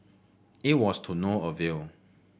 it was to no avail